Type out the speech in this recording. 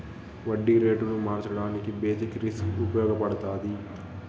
వడ్డీ రేటును మార్చడానికి బేసిక్ రిస్క్ ఉపయగపడతాది